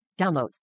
Downloads